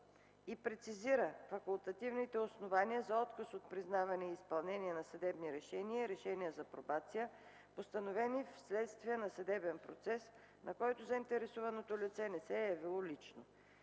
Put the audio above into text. и прецизира факултативните основания за отказ от признаване и изпълнение на съдебни решения и решения за пробация, постановени вследствие на съдебен процес, на който заинтересованото лице не се е явило лично.